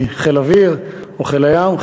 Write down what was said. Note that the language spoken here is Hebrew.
מחיל האוויר או מחיל הים?